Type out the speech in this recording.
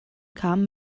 kam